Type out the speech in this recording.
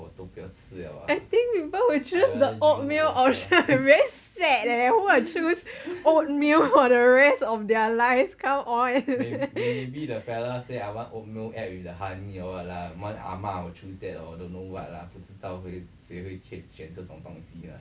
I think people who choose the oatmeal very sad leh who will choose oatmeal for the rest of their lives come on